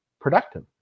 productive